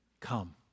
come